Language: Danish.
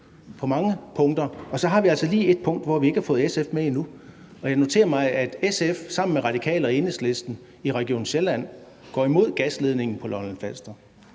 på mange punkter, og så har vi altså lige et punkt, hvor vi ikke har fået SF med endnu. Jeg noterede mig, at SF sammen med Radikale og Enhedslisten i Region Sjælland går imod gasledningen på Lolland-Falster.